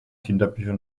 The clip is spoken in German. kinderbücher